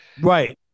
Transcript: Right